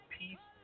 peace